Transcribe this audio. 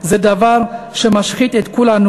זה דבר שמשחית את כולנו,